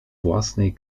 własnej